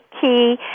Key